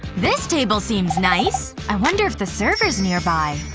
this table seems nice. i wonder if the server's nearby.